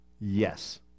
Yes